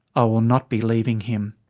i will not be leaving him,